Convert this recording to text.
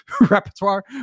repertoire